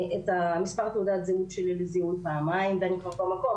את מס' תעודת זהות שלי לזיהוי פעמיים ואני במקום,